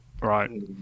right